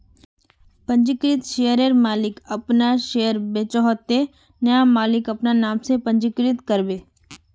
पंजीकृत शेयरर मालिक अपना शेयर बेचोह ते नया मालिक अपना नाम से पंजीकरण करबे